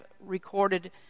recorded